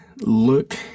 look